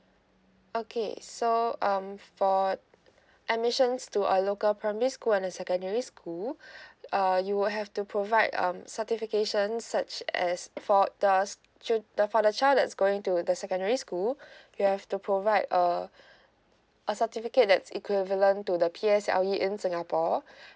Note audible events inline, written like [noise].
okay so um for admissions to a local primary school and a secondary school [breath] uh you will have to provide um certification such as for the ch~ for the child that's going to the secondary school you have to provide uh a certificate that's equivalent to the P_S_L_E in singapore [breath]